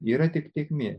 yra tik tėkmė